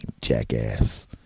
jackass